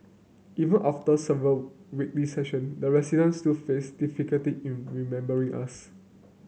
even after several weekly session the residents still faced difficulty in remembering us